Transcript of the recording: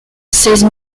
seize